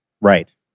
right